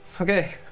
Okay